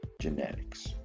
genetics